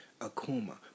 Akuma